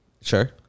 Sure